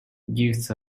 gifts